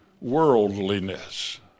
Worldliness